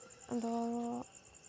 ᱟᱫᱚ